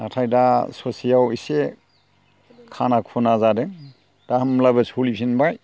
नाथाय दा ससेयाव एसे खाना खुना जादों दा होनब्लाबो सोलिफिनबाय